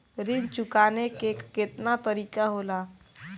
ऋण चुकाने के केतना तरीका होला?